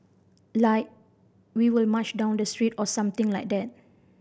like we will march down the street or something like that